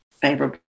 favorable